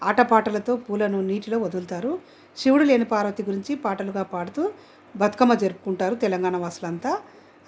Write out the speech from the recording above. ఆటపాటలతో పూలను నీటిలో వదులుతారు శివుడు లేని పార్వతి గురించి పాటలుగా పాడుతూ బతుకమ్మ జరుపుకుంటారు తెలంగాణా వాసులంతా